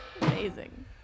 amazing